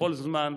בכל זמן,